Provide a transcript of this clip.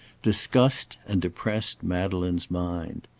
disgusted and depressed madeleine's mind.